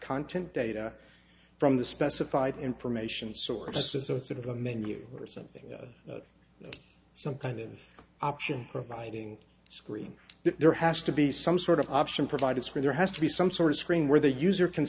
content data from the specified information sources so it's sort of a menu or something some kind of option providing screen there has to be some sort of option provided screen there has to be some sort of screen where the use